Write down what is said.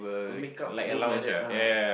the makeup room like that ah